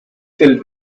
filled